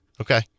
Okay